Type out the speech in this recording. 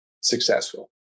successful